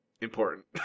important